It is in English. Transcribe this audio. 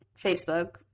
facebook